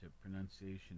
pronunciation